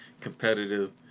competitive